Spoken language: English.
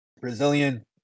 Brazilian